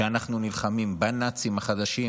כשאנחנו נלחמים בנאצים החדשים,